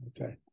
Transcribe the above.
Okay